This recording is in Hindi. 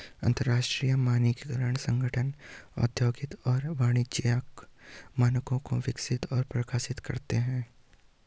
अंतरराष्ट्रीय मानकीकरण संगठन औद्योगिक और वाणिज्यिक मानकों को विकसित और प्रकाशित करता है